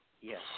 Yes